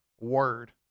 word